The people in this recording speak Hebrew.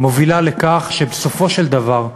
מובילה לכך שבסופו של דבר,